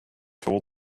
told